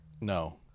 No